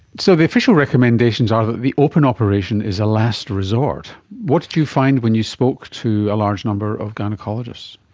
so the official recommendations are that the open operation is a last resort. what did you find when you spoke to a large number of gynaecologists?